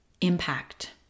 impact